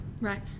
Right